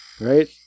Right